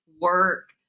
work